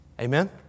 Amen